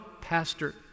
Pastor